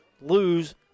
lose